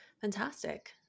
fantastic